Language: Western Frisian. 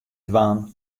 dwaan